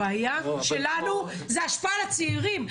הבעיה שלנו זה ההשפעה על הצעירים.